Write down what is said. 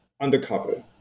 undercover